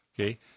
Okay